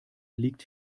liegt